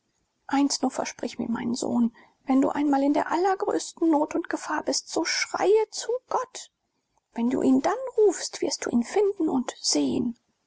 eins nur versprich mir mein sohn wenn du einmal in der allergrößten not und gefahr bist so schreie zu gott wenn du ihn dann rufst wirst du ihn finden und sehen